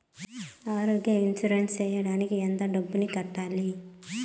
ఆరోగ్య ఇన్సూరెన్సు సేయడానికి ఎంత డబ్బుని కట్టాలి?